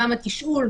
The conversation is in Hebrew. גם התשאול,